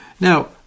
Now